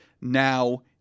now